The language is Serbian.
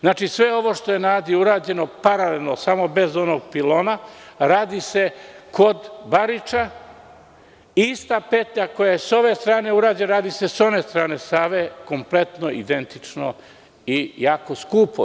Znači, sve ovo što je na Adi urađeno paralelno, samo bez onog pilona, radi se kod Bariča, ista petlja koja je sa ove strane urađena, radi se sa one strane Save kompletno, identično i jako skupo.